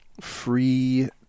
free